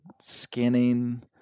skinning